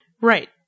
right